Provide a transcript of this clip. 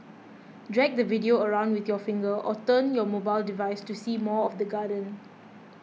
drag the video around with your finger or turn your mobile device to see more of the garden